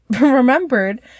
remembered